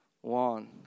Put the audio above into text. One